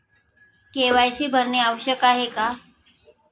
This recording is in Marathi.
के.वाय.सी भरणे आवश्यक आहे का?